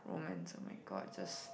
romance [oh]-my-god just